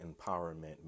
Empowerment